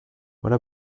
voilà